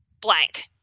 blank